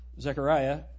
Zechariah